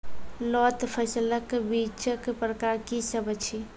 लोत फसलक बीजक प्रकार की सब अछि?